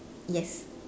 yes